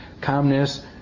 calmness